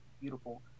beautiful